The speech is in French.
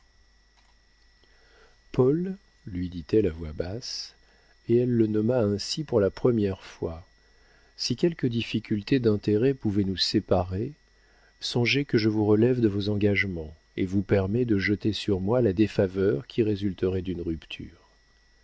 paul lui dit-elle à voix basse et elle le nomma ainsi pour la première fois si quelques difficultés d'intérêts pouvaient nous séparer songez que je vous relève de vos engagements et vous permets de jeter sur moi la défaveur qui résulterait d'une rupture